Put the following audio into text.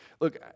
Look